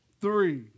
three